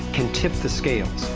can tip the scales.